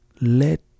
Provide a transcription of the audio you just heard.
let